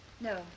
No